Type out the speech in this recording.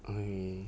mm